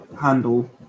handle